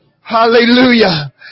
Hallelujah